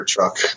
truck